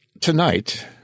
tonight